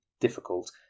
difficult